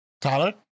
Tyler